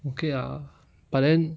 okay lah but then